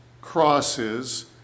crosses